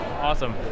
Awesome